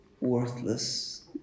worthless